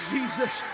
Jesus